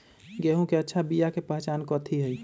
गेंहू के अच्छा बिया के पहचान कथि हई?